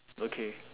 okay